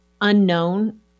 unknown